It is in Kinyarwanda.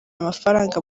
amafaranga